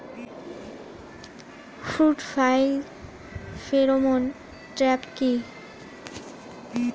Fruit fly pheromone trap কি?